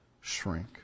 Shrink